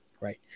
Right